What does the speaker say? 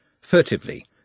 furtively